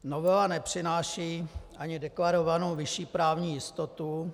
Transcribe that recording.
Novela nepřináší ani deklarovanou vyšší právní jistotu.